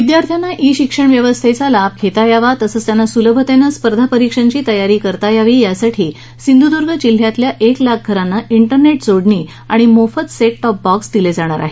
विद्यार्थ्यांना ई शिक्षणव्यवस्थेचा लाभ घेता यावा तसंच त्यांना सुलभतेनं स्पर्धा परीक्षांची तयारी करता यावी यासाठी सिंधूदूर्ग जिल्ह्यातल्या एक लाख घरांना डेरनेट जोडणी आणि मोफत सेट टॉप बॉक्स दिले जाणार आहेत